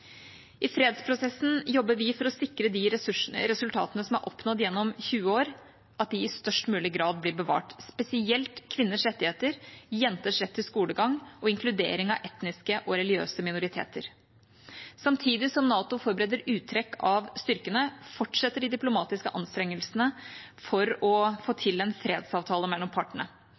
I fredsprosessen arbeider vi for å sikre at de resultatene som er oppnådd gjennom 20 år, i størst mulig grad blir bevart – spesielt kvinners rettigheter, jenters rett til skolegang og inkludering av etniske og religiøse minoriteter. Samtidig som NATO forbereder uttrekk av styrkene, fortsetter de diplomatiske anstrengelsene for å få til en fredsavtale mellom partene.